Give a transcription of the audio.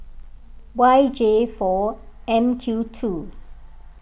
Y J four M Q two